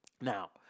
Now